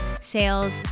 sales